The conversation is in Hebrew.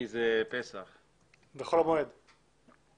כי זה חול המועד פסח.